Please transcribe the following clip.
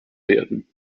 werden